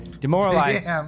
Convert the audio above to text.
Demoralized